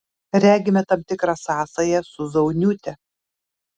regime tam tikrą sąsają su zauniūte